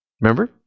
Remember